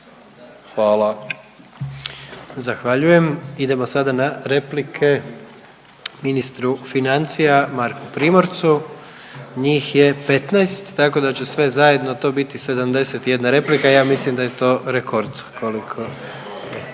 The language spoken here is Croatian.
(HDZ)** Zahvaljujem. Idemo sada na replike ministru financija Marku Primorcu. Njih je 15, tako da će sve zajedno to biti 71 replika. Ja mislim da je to rekord. Izvolite